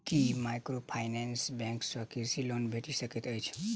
की microfinance bank सँ कृषि loan भेटि सकैत अछि?